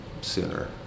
sooner